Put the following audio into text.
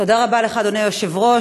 תודה רבה לך, אדוני היושב-ראש.